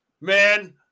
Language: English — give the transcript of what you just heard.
man